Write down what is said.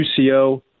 UCO